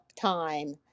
time